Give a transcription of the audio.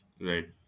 right